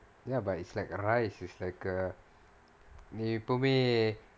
ya but it's like a rice is like a இது எப்போமே:ithu eppomae